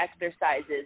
exercises